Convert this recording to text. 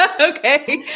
okay